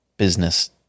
Business